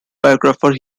biographer